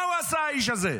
מה הוא עשה, האיש הזה,